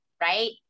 right